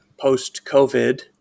post-COVID